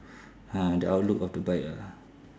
ha the out look of the bike ah